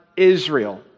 Israel